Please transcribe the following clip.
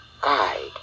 guide